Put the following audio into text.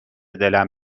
دلم